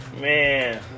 Man